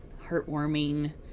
heartwarming